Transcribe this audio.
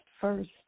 first